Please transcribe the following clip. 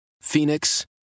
Phoenix